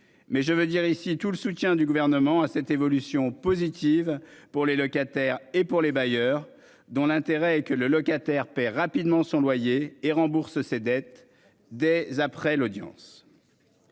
mais je veux dire ici, tout le soutien du gouvernement à cette évolution positive pour les locataires et pour les bailleurs dont l'intérêt que le locataire paie rapidement son loyer et rembourse ses dettes des après l'audience.